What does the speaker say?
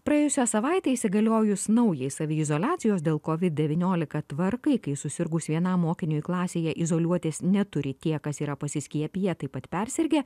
praėjusią savaitę įsigaliojus naujai saviizoliacijos dėl kovid devyniolika tvarkai kai susirgus vienam mokiniui klasėje izoliuotis neturi tie kas yra pasiskiepiję taip pat persirgę